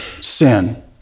sin